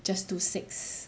just do six